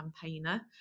campaigner